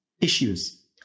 issues